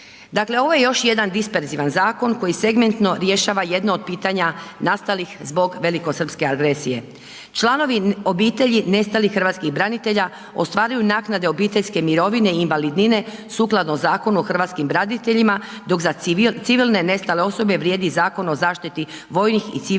Dakle, ovo je još jedan disperzivan zakon koji segmentno rješava jedno od pitanja nastalih zbog velikosrpske agresije. Članovi obitelji nestalih Hrvatskih branitelja ostvaruju naknade obiteljske mirovine, invalidnine sukladno Zakonu o Hrvatskim braniteljima dok za civilne nestale osobe vrijedi Zakon o zaštiti vojnih i civilnih invalida